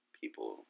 people